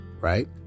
Right